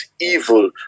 evil